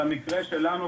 במקרה שלנו,